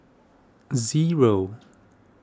zero